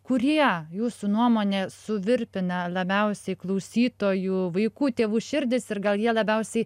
kurie jūsų nuomone suvirpina labiausiai klausytojų vaikų tėvų širdis ir gal jie labiausiai